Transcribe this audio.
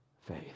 faith